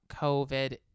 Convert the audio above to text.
COVID